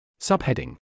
Subheading